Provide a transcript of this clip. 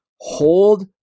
hold